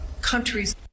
countries